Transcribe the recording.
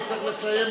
הוא צריך לסיים.